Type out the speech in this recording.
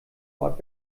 ort